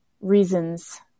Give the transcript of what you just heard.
reasons